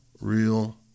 real